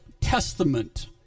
Testament